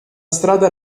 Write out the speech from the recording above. strada